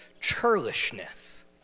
churlishness